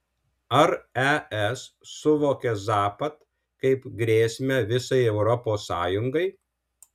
ar es suvokia zapad kaip grėsmę visai europos sąjungai